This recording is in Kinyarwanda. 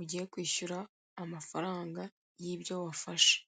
ugiye kwishyura amfaranga y'ibyo wafashe.